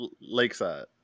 Lakeside